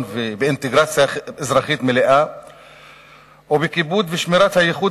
ובאינטגרציה אזרחית מלאה ובכיבוד ושמירת הייחוד